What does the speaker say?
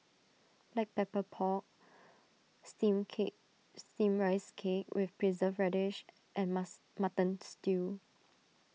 Black Pepper Pork Steamed Cake Steamed Rice Cake with Preserved Radish and mass Mutton Stew